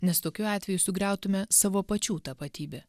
nes tokiu atveju sugriautume savo pačių tapatybę